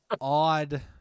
odd